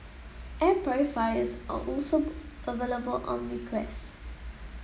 air purifiers are also available on request